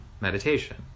meditation